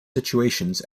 situations